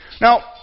Now